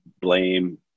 blame